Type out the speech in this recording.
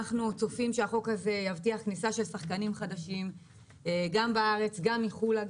אנחנו צופים שהחוק הזה יבטיח כניסה של שחקנים חדשים בארץ ומחו"ל.